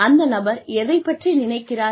அந்த நபர் எதைப் பற்றி நினைக்கிறார்